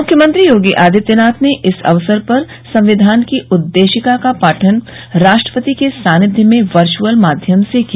मुख्यमंत्री योगी आदित्यनाथ ने इस अवसर पर संविधान की उददेशिका का पाठन राष्ट्रपति के सानिध्य में वर्चअल माध्यम से किया